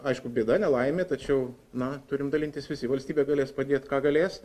aišku bėda nelaimė tačiau na turim dalintis visi valstybė galės padėt ką galės